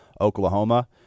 Oklahoma